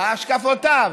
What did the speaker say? השקפותיו,